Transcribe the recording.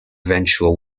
eventual